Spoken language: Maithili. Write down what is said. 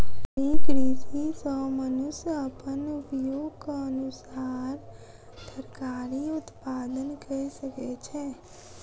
खड़ी कृषि सॅ मनुष्य अपन उपयोगक अनुसार तरकारी उत्पादन कय सकै छै